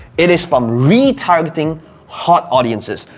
it is from retargeting hot audiences.